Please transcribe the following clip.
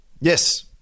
Yes